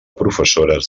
professores